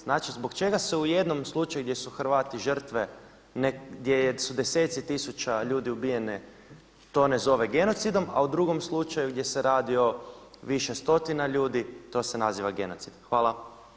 Znači zbog čega se u jednom slučaju gdje su Hrvati žrtve, gdje su deseci tisuća ljudi ubijeno to ne zove genocidom a u drugom slučaju gdje se radi o više stotina ljudi to se naziva genocid.